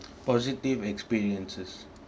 positive experiences